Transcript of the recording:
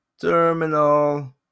terminal